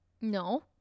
No